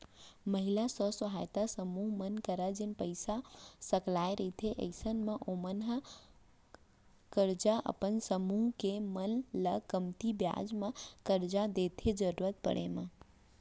महिला स्व सहायता समूह मन करा जेन पइसा सकलाय रहिथे अइसन म ओमन ह करजा अपन समूह के मन ल कमती बियाज म करजा देथे जरुरत पड़े म